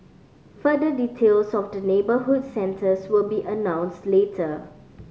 further details of the neighbourhood centres will be announced later